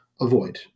avoid